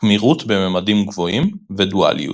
קמירות בממדים גבוהים ודואליות.